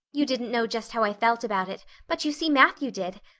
you didn't know just how i felt about it, but you see matthew did.